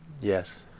Yes